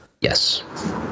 yes